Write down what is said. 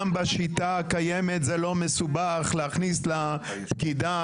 גם בשיטה הקיימת זה לא מסובך להכניס לפקידה